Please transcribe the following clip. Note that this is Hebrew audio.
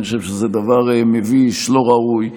אני חושב שזה דבר מביש ולא ראוי.